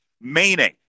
meaning